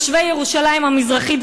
תושבי ירושלים המזרחית,